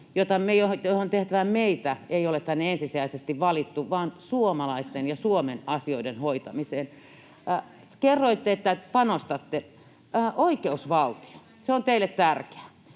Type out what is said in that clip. johon tehtävään meitä ei ole tänne ensisijaisesti valittu, vaan suomalaisten ja Suomen asioiden hoitamiseen. Kerroitte, että panostatte oikeusvaltioon, se on teille tärkeää.